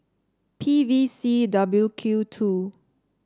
P V C W Q two